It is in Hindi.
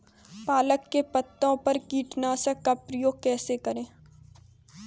पालक के पत्तों पर कीटनाशक का प्रयोग कैसे करें?